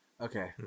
Okay